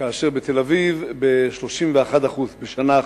כאשר בתל-אביב, ב-31% בשנה אחת.